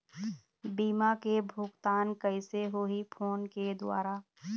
बीमा के भुगतान कइसे होही फ़ोन के द्वारा?